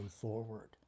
forward